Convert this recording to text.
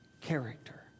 Character